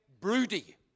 broody